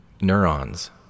neurons